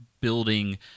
building